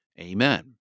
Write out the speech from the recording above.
amen